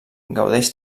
gaudeix